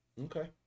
Okay